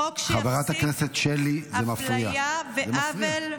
חוק שיפסיק אפליה ועוול,